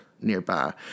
nearby